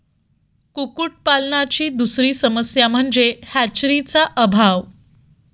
कुक्कुटपालनाची दुसरी समस्या म्हणजे हॅचरीचा अभाव